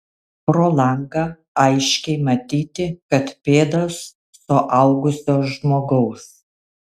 pro langą aiškiai matyti kad pėdos suaugusio žmogaus